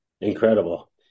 Incredible